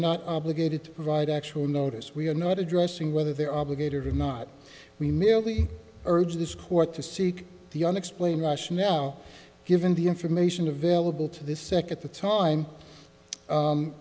not obligated to provide actual notice we are not addressing whether they're obligated or not we merely urge this court to seek the unexplained rush now given the information available to this second at the time